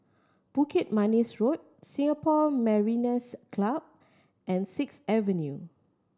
Bukit Manis Road Singapore Mariners' Club and Sixth Avenue